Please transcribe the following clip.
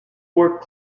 work